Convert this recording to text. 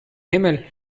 himmel